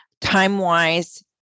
time-wise